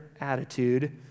attitude